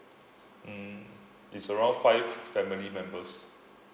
mm it's around five family members